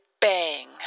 bang